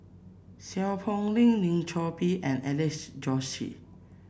Seow Poh Leng Lim Chor Pee and Alex Josey